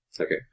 Okay